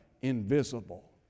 invisible